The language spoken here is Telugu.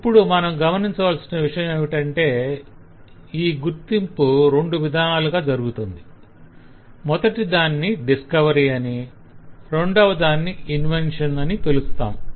ఇప్పుడు మనం గమనించవలసిన విషయమేమిటంటే ఈ గుర్తింపు రెండు విధానాలుగా జరుగుతుంది మొదటి దాన్ని డిస్కవరీ అనీ రెండవ దాన్ని ఇన్వెన్షన్ అని పిలుస్తాం